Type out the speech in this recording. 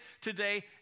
today